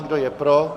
Kdo je pro?